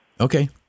Okay